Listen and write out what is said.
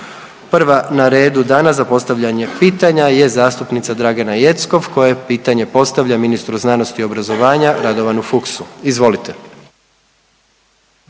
Prva na redu danas za postavljanje pitanja je zastupnica Dragana Jeckov koja pitanje postavlja Ministru znanosti, obrazovanja Radovanu Fuchsu. Izvolite.